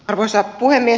arvoisa puhemies